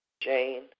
Jane